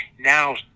now